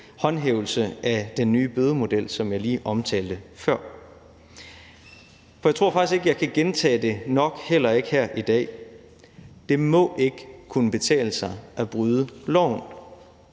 håndhævelse af den nye bødemodel, som jeg lige omtalte før. For jeg tror faktisk ikke, jeg kan gentage det nok, heller ikke her i dag: Det må ikke kunne betale sig at bryde loven.